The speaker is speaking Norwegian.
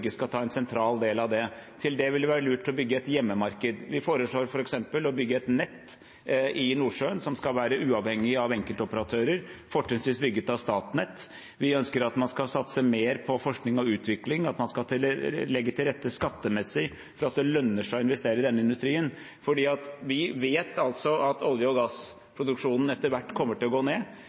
skal ta en sentral del av det. Til det vil det være lurt å bygge et hjemmemarked. Vi foreslår f.eks. å bygge et nett i Nordsjøen som skal være uavhengig av enkeltoperatører, fortrinnsvis bygget av Statnett. Vi ønsker at man skal satse mer på forskning og utvikling, at man skal legge til rette skattemessig for at det lønner seg å investere i denne industrien. For vi vet at olje- og gassproduksjonen etter hvert kommer til å gå ned,